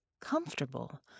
comfortable